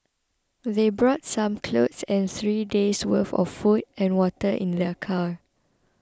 they brought some clothes and three days' worth of food and water in their car